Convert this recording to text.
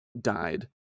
died